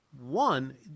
One